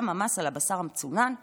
גם המס על הבשר המצונן ירד.